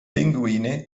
pinguine